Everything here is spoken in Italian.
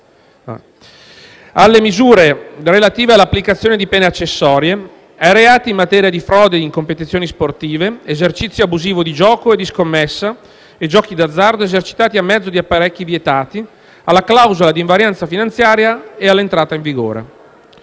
alle misure relative all'applicazione di pene accessorie, ai reati in materia di frode in competizioni sportive, esercizio abusivo di gioco e di scommessa e giochi d'azzardo esercitati a mezzo di apparecchi vietati, alla clausola di invarianza finanziaria e all'entrata in vigore.